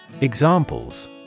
EXAMPLES